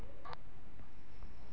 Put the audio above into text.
मुझे जीवन बीमा का लाभ कब मिलेगा?